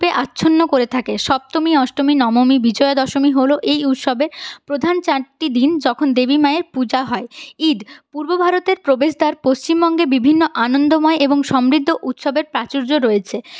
আচ্ছন্ন করে থাকে সপ্তমী অষ্টমী নবমী বিজয়া দশমী হলো এই উৎসবের প্রধান চারটি দিন যখন দেবী মায়ের পূজা হয় ঈদ পূর্ব ভারতের প্রবেশদ্বার পশ্চিমবঙ্গের বিভিন্ন আনন্দময় এবং সমৃদ্ধ উৎসবের প্রাচুর্য্য রয়েছে